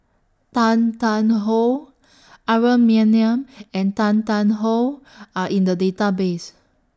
Tan Tarn How Aaron Maniam and Tan Tarn How Are in The Database